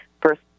First